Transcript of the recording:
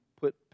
put